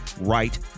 right